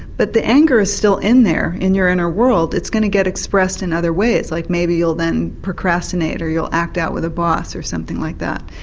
but the anger is still in there in your inner world, it's going to get expressed in other ways. like maybe you'll then procrastinate or you'll act out with a boss or something like that.